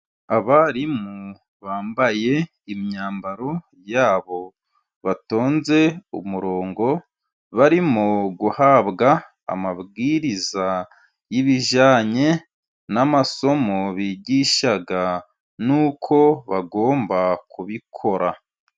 Abarimu bambaye imyambaro yabo batonze umurongo, barimo guhabwa amabwiriza y'ibijyanye n'amasomo bigisha nuko bagomba kubikora.